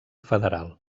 federal